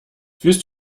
fühlst